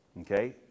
Okay